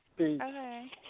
Okay